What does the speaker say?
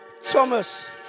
Thomas